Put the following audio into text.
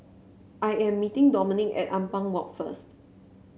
I am meeting Domenic at Ampang Walk first